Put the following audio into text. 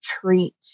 treat